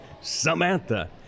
Samantha